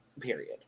period